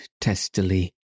testily